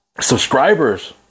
subscribers